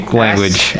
language